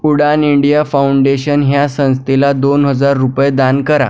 उडान India foundation ह्या संस्थेला दोन हजार रुपये दान करा